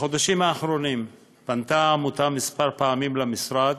בחודשים האחרונים פנתה העמותה כמה פעמים למשרד,